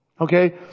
Okay